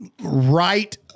right